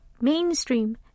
mainstream